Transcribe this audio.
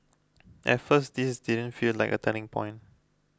at first this didn't feel like a turning point